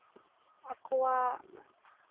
ᱟᱠᱚᱣᱟᱜ